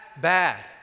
bad